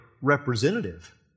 representative